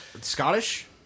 Scottish